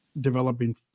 developing